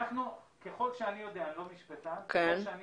אני לא משפטן, אבל ככל שאני